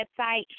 website